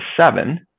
seven